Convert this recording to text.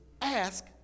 ask